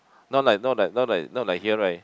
not like not like not like not like here right